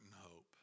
hope